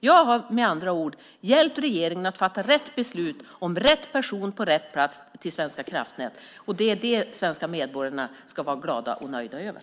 Jag har med andra ord hjälpt regeringen att fatta rätt beslut om rätt person på rätt plats till Svenska kraftnät. Det är det de svenska medborgarna ska vara glada och nöjda med.